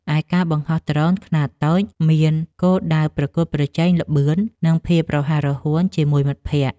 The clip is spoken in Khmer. ឯការបង្ហោះដ្រូនខ្នាតតូចមានគោលដៅប្រកួតប្រជែងល្បឿន និងភាពរហ័សរហួនជាមួយមិត្តភក្តិ។